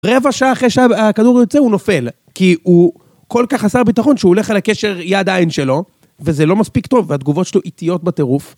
רבע שעה אחרי שהכדור יוצא, הוא נופל. כי הוא כל כך חסר ביטחון שהוא הולך על הקשר יד-עין שלו, וזה לא מספיק טוב, והתגובות שלו איטיות בטירוף.